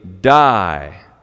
die